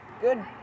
Good